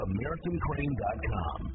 AmericanCrane.com